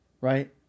right